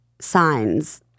signs